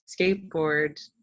skateboard